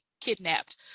kidnapped